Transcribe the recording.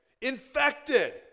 Infected